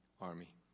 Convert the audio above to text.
Army